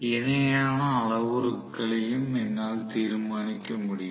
இணையான அளவுருக்களையும் என்னால் தீர்மானிக்க முடியும்